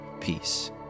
peace